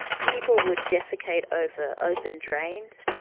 people would defecate over open drains,